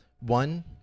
one